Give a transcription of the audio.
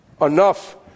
enough